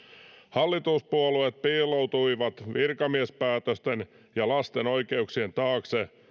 hallituspuolueet piiloutuivat virkamiespäätösten ja lasten oikeuksien taakse